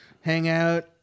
Hangout